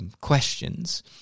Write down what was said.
questions